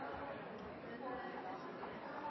det var